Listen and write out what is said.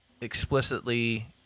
explicitly